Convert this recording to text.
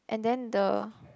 and then the